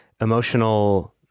emotional